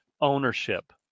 ownership